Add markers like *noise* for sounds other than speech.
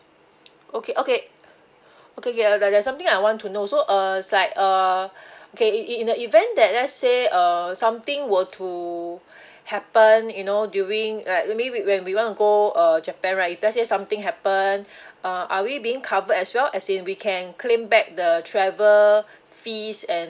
okay okay okay okay there something I want to know so uh is like uh *breath* okay in in the event that let say uh something were to *breath* happen you know during like maybe when we want to go uh japan right if let say something happen *breath* uh are we being covered as well as in we can claim back the travel *breath* fees and